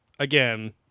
Again